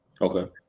Okay